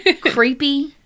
creepy